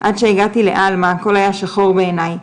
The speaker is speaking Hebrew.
'עד שהגעתי לעלמה הכול היה שחור בעיניי.